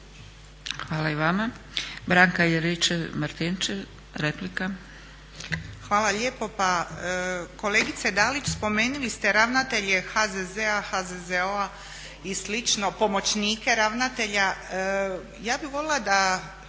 replika. **Juričev-Martinčev, Branka (HDZ)** Hvala lijepo. Kolegice Dalić, spomenuli ste ravnatelje HZZ-a, HZZO-a i slično, pomoćnike ravnatelja, ja bih voljela da